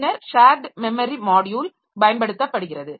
பின்னர் shared memory module பயன்படுத்தப்படுகிறது